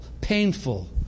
Painful